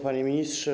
Panie Ministrze!